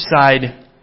side